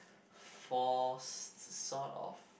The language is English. forced sort of